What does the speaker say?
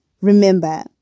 Remember